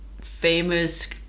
famous